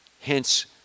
Hence